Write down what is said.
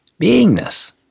beingness